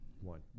One